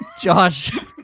Josh